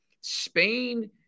Spain